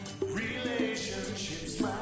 Relationships